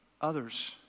others